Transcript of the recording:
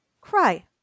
cry